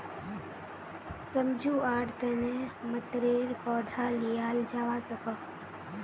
सम्झुआर तने मतरेर पौधा लियाल जावा सकोह